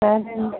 సరే అండి